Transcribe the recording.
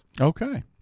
Okay